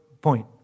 point